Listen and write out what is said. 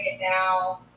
now